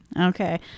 okay